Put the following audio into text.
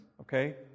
okay